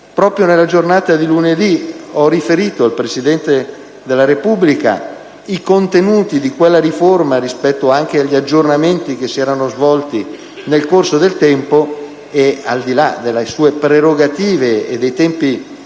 Proprio nella giornata di lunedì ho riferito al Presidente della Repubblica i contenuti di quella riforma, anche rispetto agli aggiornamenti che si erano svolti nel corso del tempo. Al di là delle sue prerogative e dei tempi